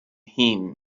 him